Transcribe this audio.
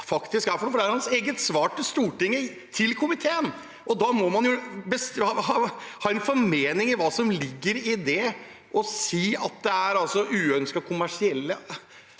Det er hans eget svar til Stortinget, til komiteen. Da må han jo ha en formening om hva som ligger i det å si at det er uønskede kommersielle